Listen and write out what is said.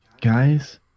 guys